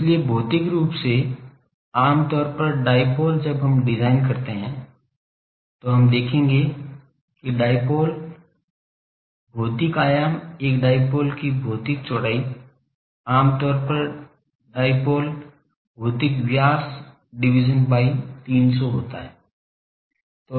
इसलिए भौतिक रूप से आम तौर पर डायपोल जब हम डिजाइन करते हैं तो हम देखेंगे कि डायपोल भौतिक आयाम एक डायपोल की भौतिक चौड़ाई आमतौर पर डायपोल भौतिक व्यास lambda भाग 300 हैं